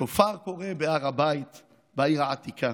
שופר קורא בהר הבית בעיר העתיקה.